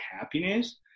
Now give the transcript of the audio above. happiness